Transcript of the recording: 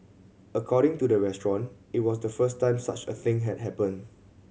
according to the restaurant it was the first time such a thing had happened